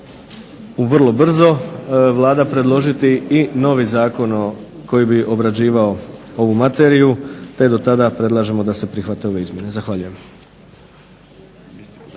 vrlo brzo Vlada predložiti i novi zakon koji bi obrađivao ovu materiju, te do tada predlažemo da se prihvate ove izmjene. Zahvaljujem.